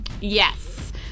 Yes